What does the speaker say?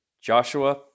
Joshua